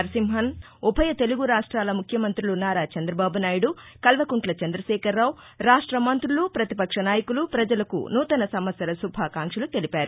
నరసింహన్ ఉభయ తెలుగు రాష్టాల ముఖ్యమంతులు నారా చంద్రబాబు నాయుడు కల్వకుంట్ల చంద్రశేఖరరావు రాష్ట మంత్రులు ప్రతిపక్ష నాయకులు ప్రజలకు నూతన సంవత్సర శుభాకాంక్షలు తెలిపారు